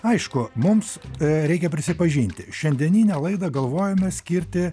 aišku mums reikia prisipažinti šiandieninę laidą galvojome skirti